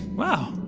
wow!